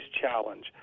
Challenge